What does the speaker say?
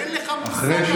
אין לך מושג על מה אתה מדבר.